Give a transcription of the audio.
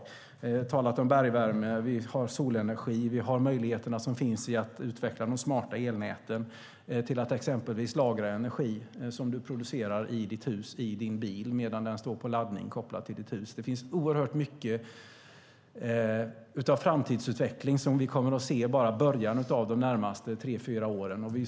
Han har talat om bergvärme, solenergi och möjligheterna att utveckla de smarta elnäten så att du kan lagra energi som du producerar i ditt hus i din bil när den står på laddning kopplad till ditt hus. Det finns oerhört mycket som kan utvecklas i framtiden som vi kommer att se bara början av de närmaste tre fyra åren.